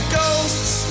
ghosts